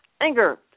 Anger